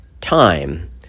time